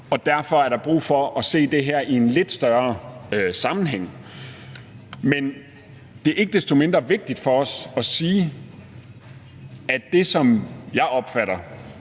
Og derfor er der brug for at se det her i en lidt større sammenhæng. Men det er ikke desto mindre vigtigt for os at sige, at vi sådan set støtter